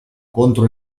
contro